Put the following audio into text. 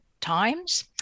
times